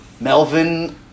Melvin